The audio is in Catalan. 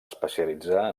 especialitzar